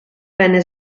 venne